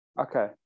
Okay